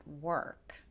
work